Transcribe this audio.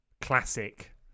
classic